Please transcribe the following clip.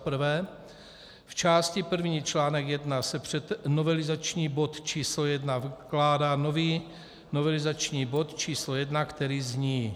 V části první článek I se před novelizační bod číslo 1 vkládá nový novelizační bod číslo 1, který zní: